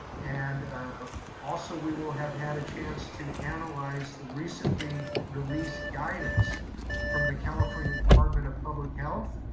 and also we will have had a chance to analyze the recently released guidance from the california department of public health,